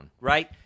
right